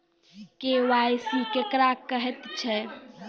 KYC केकरा कहैत छै?